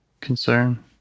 concern